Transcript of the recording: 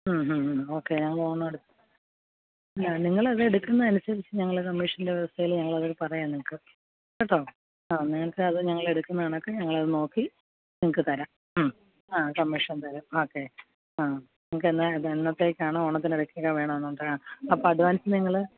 ഉം ഉം ഓക്കേ ഞങ്ങള് ഓണട് ആ നിങ്ങളതെടുക്കുന്നേ അനുസരിച്ച് ഞങ്ങള് കമ്മീഷൻറ്റെ വ്യവസ്ഥയില് ഞങ്ങളത് പറയാം നിങ്ങള്ക്ക് കേട്ടോ ആ നിങ്ങള്ക്കത് ഞങ്ങളെടുക്കുന്ന കണക്ക് ഞങ്ങളത് നോക്കി നിങ്ങള്ക്ക് തരാം ഉം ആ കമ്മീഷൻ തരാം ഓക്കേ ആ നിങ്ങള്ക്ക് എന്നാ എന്നത്തേക്കാണ് ഓണത്തിന്റെ ഇടയ്ക്കൊക്കെ വേണമെന്നുണ്ട് അപ്പോള് അപ്പഡ്വാൻസ് നിങ്ങള്